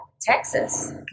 Texas